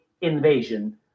invasion